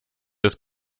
ist